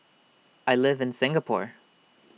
I live in Singapore